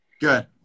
Good